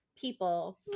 people